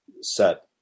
set